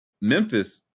Memphis